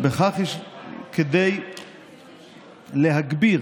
כנסת נכבדה,